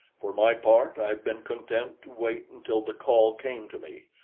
for my part, i have been content to wait until the call came to me.